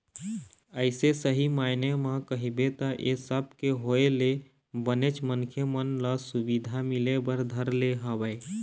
अइसे सही मायने म कहिबे त ऐ सब के होय ले बनेच मनखे मन ल सुबिधा मिले बर धर ले हवय